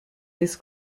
this